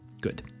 Good